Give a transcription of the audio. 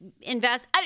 invest